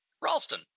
Ralston